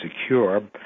secure